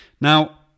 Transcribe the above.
now